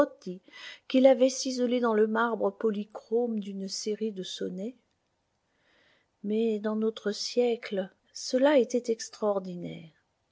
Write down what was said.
qui l'avait ciselé dans le marbre polychrome d'une série de sonnets mais dans notre siècle cela était extraordinaire